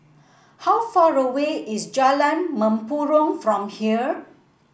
how far away is Jalan Mempurong from here